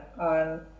on